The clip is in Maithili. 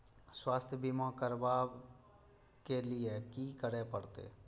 स्वास्थ्य बीमा करबाब के लीये की करै परतै?